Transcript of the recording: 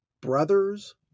brothers